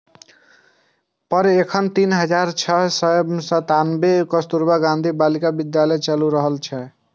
पर एखन तीन हजार छह सय सत्तानबे कस्तुरबा गांधी बालिका विद्यालय चालू हालत मे छै